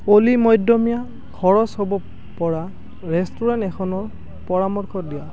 অলি মধ্যমীয়া খৰচ হ'ব পৰা ৰেষ্টুৰেণ্ট এখনৰ পৰামৰ্শ দিয়া